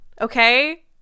okay